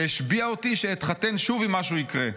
והשביע אותי שאתחתן שוב אם משהו יקרה'.